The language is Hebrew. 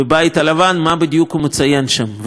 מה בדיוק הוא מציין שם ומה הוא חוגג.